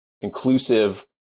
inclusive